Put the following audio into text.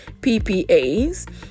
PPAs